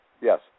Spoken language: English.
yes